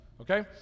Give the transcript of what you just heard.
okay